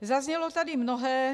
Zaznělo tady mnohé.